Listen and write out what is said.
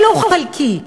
ולו חלקי,